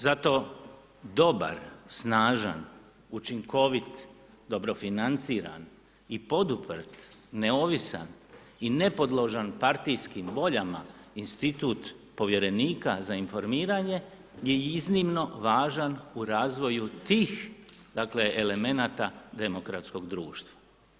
Zato, dobar, snažan, učinkovit, dobro financiran i poduprt, neovisan i nepodložan partijskim voljama, institut Povjerenika za informiranje, je iznimno važan u razvoju tih, dakle, elemenata demokratskog društva.